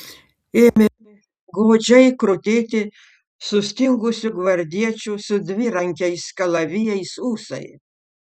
ėmė godžiai krutėti sustingusių gvardiečių su dvirankiais kalavijais ūsai